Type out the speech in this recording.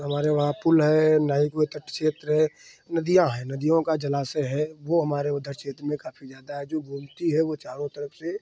हमारे वहाँ पुल है ना ही कोई तट क्षेत्र है नदियां हैं नदियों का जलाशय है वो हमारे इधर क्षेत्र में काफ़ी ज़्यादा है और जो गोमती है वो चारों तरफ से